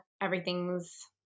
everything's